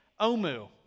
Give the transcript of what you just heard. Omu